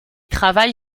travaille